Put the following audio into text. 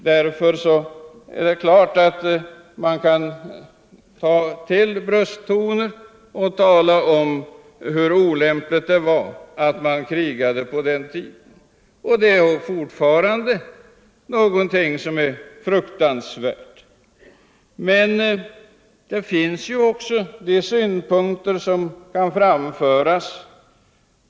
Det är klart att man kan ta till brösttoner och tala om hur olämpligt det var att kriga såsom man gjorde under Gustav II Adolfs fälttåg, och krig är fortfarande någonting fruktansvärt. Men det kan också framföras andra synpunkter.